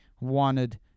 wanted